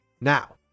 Now